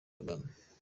kagame